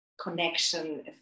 connection